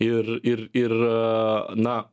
ir ir ir a na